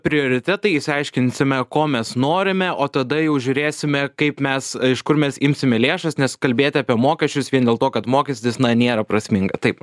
prioritetai išsiaiškinsime ko mes norime o tada jau žiūrėsime kaip mes iš kur mes imsime lėšas nes kalbėti apie mokesčius vien dėl to kad mokestis na nėra prasminga taip